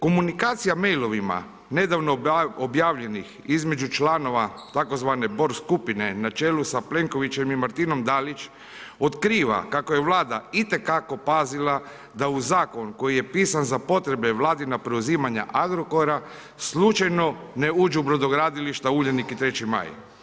Komunikacija mailovima nedavno objavljenih između članovima tzv. Borg skupine na čelu sa Plenkovićem i Martinom Dalić otkriva kako je Vlada itekako pazila da u zakon koji je pisan za potrebe Vladina preuzimanja Agrokora slučajno ne uđu Brodogradilišta Uljanik i 3. Maj.